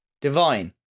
Divine